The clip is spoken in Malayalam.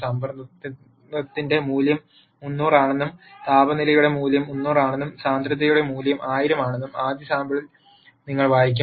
സമ്മർദ്ദത്തിന്റെ മൂല്യം 300 ആണെന്നും താപനിലയുടെ മൂല്യം 300 ആണെന്നും സാന്ദ്രതയുടെ മൂല്യം 1000 ആണെന്നും ആദ്യ സാമ്പിളിൽ നിങ്ങൾ വായിക്കും